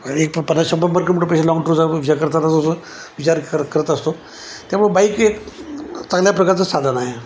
आणि एक प पन्नास शंभर किलोमीटरपेक्षा लाँग टूर विचार करताच असतो विचार कर करत असतो त्यामुळे बाईक ही एक चांगल्या प्रकारचं साधन आहे